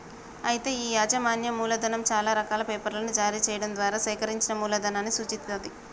అయితే ఈ యాజమాన్యం మూలధనం చాలా రకాల పేర్లను జారీ చేయడం ద్వారా సేకరించిన మూలధనాన్ని సూచిత్తది